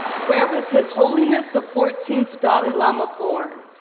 where was his holiness the fourteenth dalai lama born?